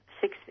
six